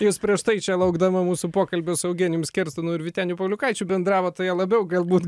jūs prieš tai čia laukdama mūsų pokalbio su eugenijum skerstonu ir vyteniu pauliukaičiu bendravot tai jie labiau galbūt